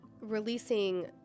releasing